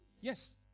Yes